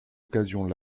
occasion